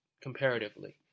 comparatively